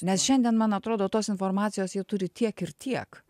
nes šiandien man atrodo tos informacijos jie turi tiek ir tiek